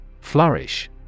Flourish